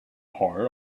heart